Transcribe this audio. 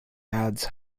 adds